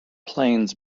planes